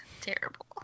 terrible